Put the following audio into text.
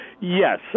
yes